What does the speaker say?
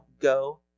go